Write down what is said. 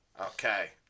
Okay